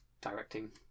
directing